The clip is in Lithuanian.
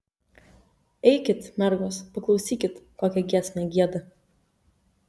eikit mergos paklausykit kokią giesmę gieda